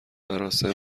مراسم